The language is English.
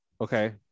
okay